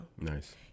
Nice